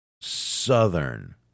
southern